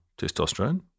testosterone